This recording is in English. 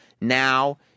Now